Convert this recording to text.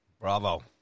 Bravo